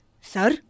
Sir